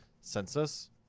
Census